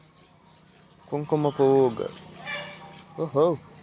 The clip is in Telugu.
కుంకుమపువ్వు గర్భిణీలు ఎక్కువగా తాగితే బిడ్డలు బాగా ఎర్రగా పడతారంటమ్మీ